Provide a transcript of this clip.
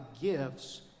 gifts